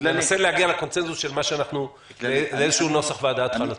ננסה להגיע לקונצנזוס לגבי איזשהו נוסח ועדה התחלתי.